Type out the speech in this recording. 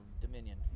Dominion